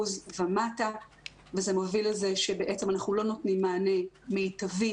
ומטה וזה מביא לזה שבעצם אנחנו לא נותנים מענה מיטבי,